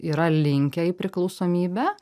yra linkę į priklausomybę